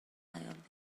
off